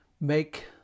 make